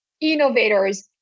innovators